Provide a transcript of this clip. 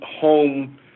home